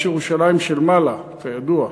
יש ירושלים של מעלה, כידוע,